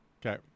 Okay